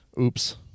Oops